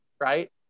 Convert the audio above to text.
right